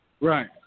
Right